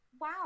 wow